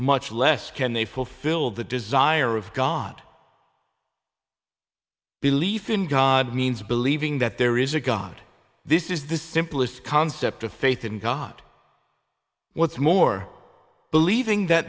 much less can they fulfill the desire of god belief in god means believing that there is a god this is the simplest concept of faith in god what's more believing that